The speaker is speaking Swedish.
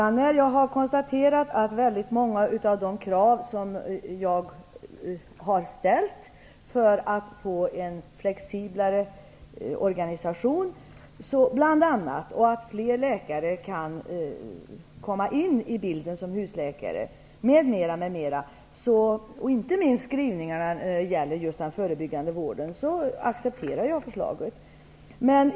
När jag hade konstaterat att väldigt många av de krav som jag har ställt för att få en flexiblare organisation och för att fler läkare kan komma in i bilden som husläkare har tillgodosetts och att inte minst skrivningarna när det gäller den förebyggande vården var bra m.m., accepterade jag förslaget.